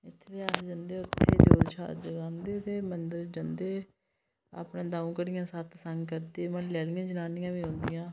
इत्थें ते अस जन्दे उत्थें जोत शात जगांदे मन्दर जन्दे ते अपना द'ऊं घड़ियां सतसंग करदे म्हल्ले आह्लियां जननियां बी औंदिया